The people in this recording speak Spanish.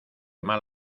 mal